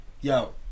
yo